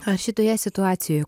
ar šitoje situacijoje